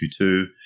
Q2